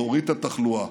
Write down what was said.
להוריד את התחלואה.